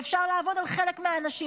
ואפשר לעבוד על חלק מהאנשים,